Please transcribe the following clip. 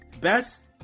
best